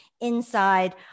inside